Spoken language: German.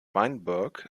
weinberg